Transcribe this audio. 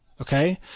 okay